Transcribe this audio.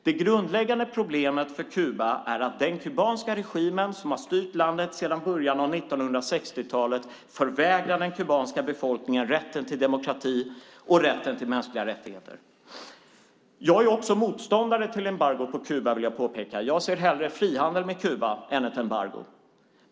Det grundläggande problemet för Kuba är att den kubanska regimen, som har styrt landet sedan början av 1960-talet, förvägrar den kubanska befolkningen rätten till demokrati och mänskliga rättigheter. Jag är också motståndare till embargot mot Kuba, vill jag påpeka. Jag ser hellre frihandel med Kuba än ett embargo.